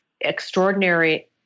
extraordinary